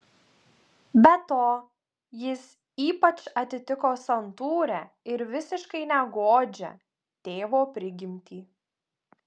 be to jis ypač atitiko santūrią ir visiškai negodžią tėvo prigimtį